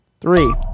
Three